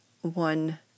one